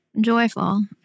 joyful